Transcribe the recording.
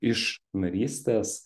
iš narystės